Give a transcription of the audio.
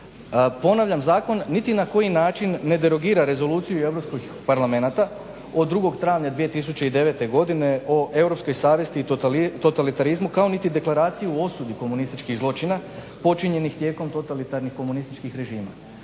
Ponavljam, zakon niti na koji način ne derogira Rezoluciju europskih parlamenata od 2. travnja 2009. godine o europskoj savjesti i totalitarizmu kao niti Deklaraciju o osudi komunističkih zločina počinjenih tijekom totalitarnih komunističkih režima.